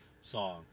song